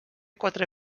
quatre